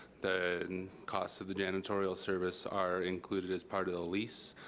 the costs of the janitorial service are included as part of the lease,